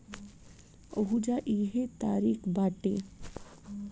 ओहुजा इहे तारिका बाटे